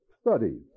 study